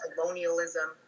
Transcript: colonialism